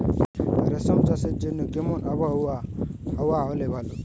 রেশম চাষের জন্য কেমন আবহাওয়া হাওয়া হলে ভালো?